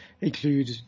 include